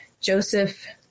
Joseph